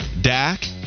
Dak